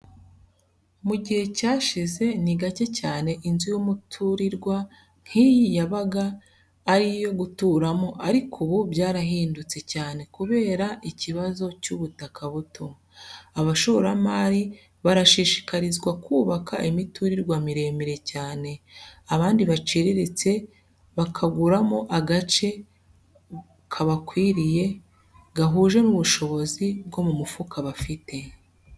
Mu gihe cyashize, ni gake cyane inzu y'umuturirwa nk'iyi yabaga ari iyo guturamo ariko ubu byarahindutse cyane kubera ikibazo cy'ubutaka buto; abashoramari barashishikarizwa kubaka imiturirwa miremire cyane, abandi baciriritse bakaguramo agace kabakwiriye, gahuje n'ubushobozi bwo mu mufuka bafite.